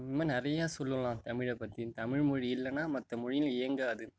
இன்னும் நிறையா சொல்லலாம் தமிழை பற்றி தமிழ் மொழி இல்லைனா மற்ற மொழிகள் இயங்காது